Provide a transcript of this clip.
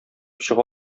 чыга